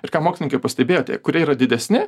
ir ką mokslininkai pastebėjo tie kurie yra didesni